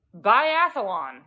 Biathlon